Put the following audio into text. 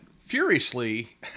furiously